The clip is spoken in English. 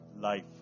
life